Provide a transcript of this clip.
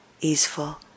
easeful